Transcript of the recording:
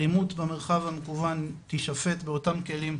אלימות במרחב המקוון תישפט באותם כלים,